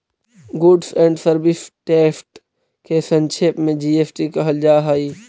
goods and service टेस्ट के संक्षेप में जी.एस.टी कहल जा हई